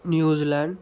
New Zealand